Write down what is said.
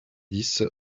dix